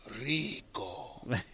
rico